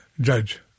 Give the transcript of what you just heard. judge